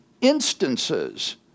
instances